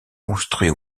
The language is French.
construit